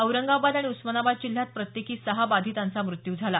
औरंगाबाद आणि उस्मानाबाद जिल्ह्यात प्रत्येकी सहा बाधितांचा मृत्यू झाला